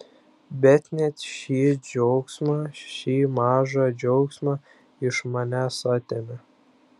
bet net šį džiaugsmą šį mažą džiaugsmą iš manęs atėmė